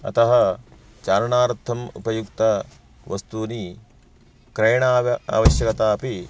अतः चारणार्थम् उपयुक्तवस्तूनि क्रयणाय आवश्यकता अपि